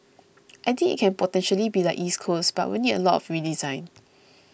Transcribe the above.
I think it can potentially be like East Coast but it will need a lot of redesign